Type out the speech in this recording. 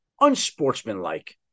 unsportsmanlike